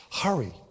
Hurry